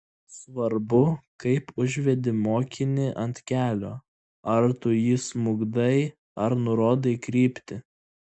svarbu kaip užvedi mokinį ant kelio ar tu jį smukdai ar nurodai kryptį